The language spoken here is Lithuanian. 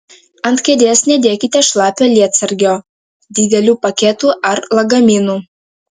ant kėdės nedėkite šlapio lietsargio didelių paketų ar lagaminų